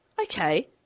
Okay